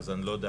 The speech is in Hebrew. אז אני לא יודע